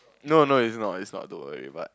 no no it's not it's not don't worry but